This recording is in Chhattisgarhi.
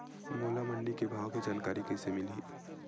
मोला मंडी के भाव के जानकारी कइसे मिलही?